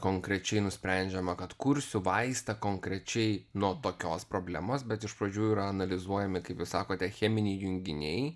konkrečiai nusprendžiama kad kursiu vaistą konkrečiai nuo tokios problemos bet iš pradžių yra analizuojami kaip jūs sakote cheminiai junginiai